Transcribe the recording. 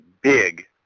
big